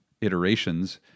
iterations